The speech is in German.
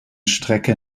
strecke